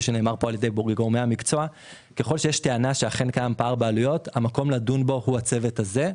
המקום לדון בה הוא הצוות הזה,